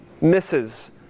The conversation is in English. misses